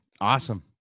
awesome